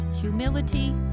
humility